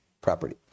property